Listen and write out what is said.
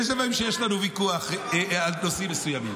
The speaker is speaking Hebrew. יש דברים שבהם יש לנו ויכוח על נושאים מסוימים,